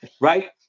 Right